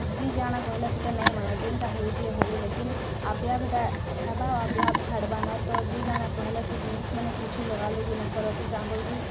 ଯି ଯାଣା କହିଲା ସେଇଟା ନେଇଁ ମାନ ଯେନ୍ଟା ହଉଛି ହଉ ଲେକିନ୍ ଆପେ ଆପେ ଟା ହେବା ଆପେ ଆପେ ଛାଡ଼୍ ବା ନ ତ ଯି ଯାଣା କହିଲା ସେ ଜିନିଷ୍ ମାନେ କିଛୁ ଲଗା ଲୁଗି ନାଇଁ କର୍ କି କାଁ କରିକି